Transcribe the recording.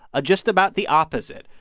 just about the opposite.